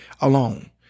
alone